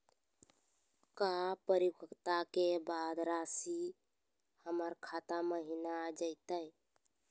का परिपक्वता के बाद रासी हमर खाता महिना आ जइतई?